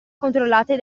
controllate